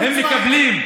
הם מקבלים.